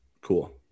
Cool